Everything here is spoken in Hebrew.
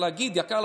אפשר להגיד שיקר,